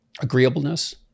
Agreeableness